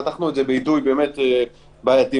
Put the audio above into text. אחת משלושת החברות הגדולות במשק בנדל"ן מניב.